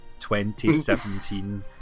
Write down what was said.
2017